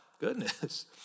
Goodness